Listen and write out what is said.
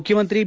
ಮುಖ್ಯಮಂತ್ರಿ ಬಿ